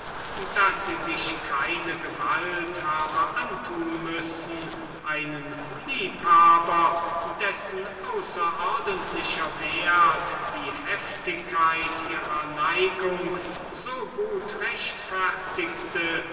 daß sie sich keine gewalt habe antun müssen einen so vollkommenen liebhaber einen liebhaber dessen außerordentlicher wert die heftigkeit ihrer neigung so gut rechtfertigte